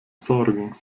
sorgen